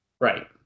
right